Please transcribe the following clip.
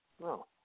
no